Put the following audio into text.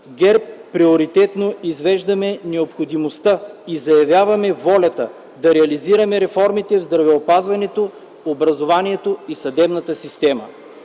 ГЕРБ приоритетно извеждаме необходимостта и заявяваме волята да реализираме реформите в здравеопазването, образованието и съдебната система.